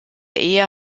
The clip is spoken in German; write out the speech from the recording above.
ehe